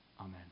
Amen